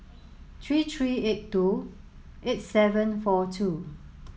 three three eight two eight seven four two